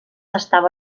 estava